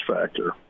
factor